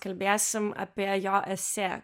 kalbėsim apie jo esė